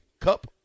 Cup